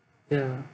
ya